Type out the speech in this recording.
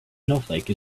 snowflake